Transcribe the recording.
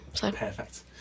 Perfect